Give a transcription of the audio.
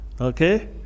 Okay